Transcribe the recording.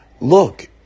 Look